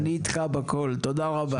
אני איתך בכל, תודה רבה.